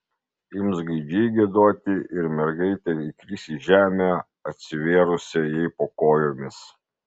ims gaidžiai giedoti ir mergaitė įkris į žemę atsivėrusią jai po kojomis